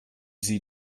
sie